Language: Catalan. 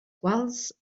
quals